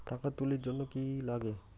টাকা তুলির জন্যে কি লাগে?